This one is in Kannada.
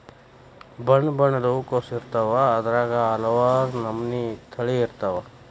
ಬಣ್ಣಬಣ್ಣದ ಹೂಕೋಸು ಇರ್ತಾವ ಅದ್ರಾಗ ಹಲವಾರ ನಮನಿ ತಳಿ ಇರ್ತಾವ